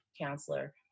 counselor